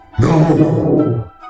no